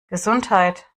gesundheit